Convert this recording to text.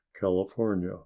California